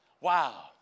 Wow